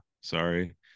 Sorry